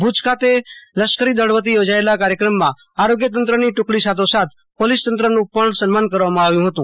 ભુજ ખાતે લશ્કરી દળ વતી યોજાયેલા કાર્યક્રમ માં આરોગ્યતંત્ર ની ટુકડી સાથો સાથ પોલીસ તંત્ર નું પણ સન્માન કરવા માં આવ્યું ફતું